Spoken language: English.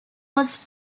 was